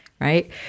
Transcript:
right